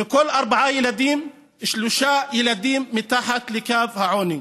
מכל ארבעה ילדים, שלושה ילדים מתחת לקו העוני.